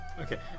Okay